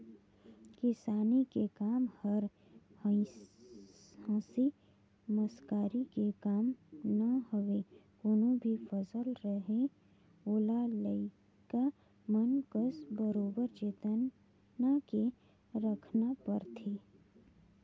किसानी के कम हर हंसी मसकरी के काम न हवे कोनो भी फसल रहें ओला लइका मन कस बरोबर जेतना के राखना परथे